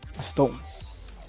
Stones